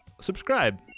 subscribe